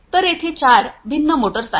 तर तेथे 4 भिन्न मोटर्स आहेत